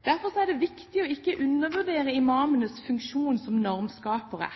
er det viktig ikke å undervurdere imamenes funksjon som normskapere.